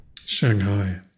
Shanghai